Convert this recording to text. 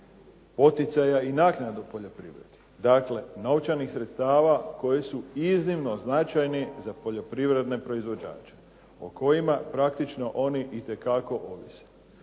poticaja i naknada u poljoprivredi, dakle novčanih sredstava koji su iznimno značajni za poljoprivredne proizvođače o kojima praktično oni itekako ovise.